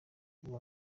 uwo